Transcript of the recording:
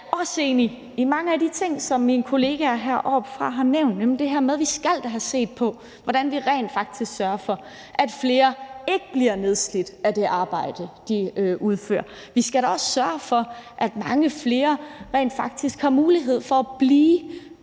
enig i mange af de ting, som mine kollegaer har nævnt heroppefra, nemlig det her med, at vi skal have set på, hvordan vi rent faktisk sørger for, at flere ikke bliver nedslidt af det arbejde, de udfører. Vi skal da også sørge for, at mange flere rent faktisk har mulighed for at blive på